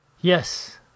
Yes